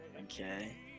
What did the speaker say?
Okay